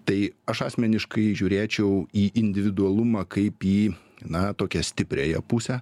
tai aš asmeniškai žiūrėčiau į individualumą kaip į na tokia stipriąją pusę